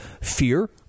fear